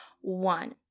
one